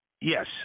Yes